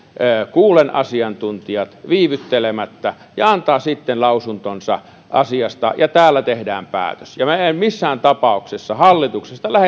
kuullen asiantuntijat viivyttelemättä ja antaa sitten lausuntonsa asiasta ja täällä tehdään päätös ja minä en missään tapauksessa hallituksesta